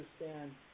understand